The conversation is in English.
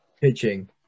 Pitching